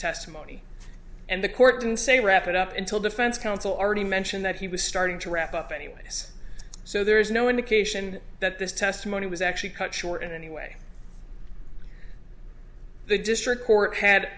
testimony and the court didn't say wrap it up until defense counsel already mentioned that he was starting to wrap up anyways so there is no indication that this testimony was actually cut short in any way the district court had